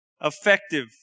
effective